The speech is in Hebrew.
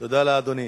תודה לאדוני.